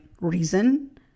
reason